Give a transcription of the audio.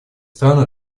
страны